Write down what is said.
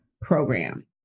program